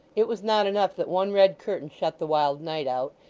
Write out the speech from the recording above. it was not enough that one red curtain shut the wild night out,